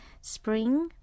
Spring